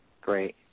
great